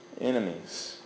enemies